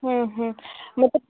ହୁଁ ହୁଁ ମୋତେ